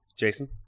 Jason